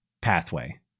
pathway